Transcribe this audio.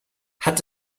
hat